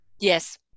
Yes